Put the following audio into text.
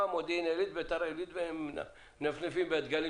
זה במודיעין עילית ובביתר עילית,